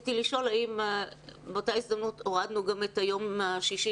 רציתי לשאול האם באותה הזדמנות הורדנו גם את היום השישי